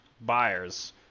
buyers